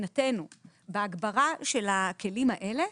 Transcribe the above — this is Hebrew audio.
מבחינתנו בהגברה של הכלים האלה.